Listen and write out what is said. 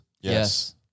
Yes